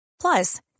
Plus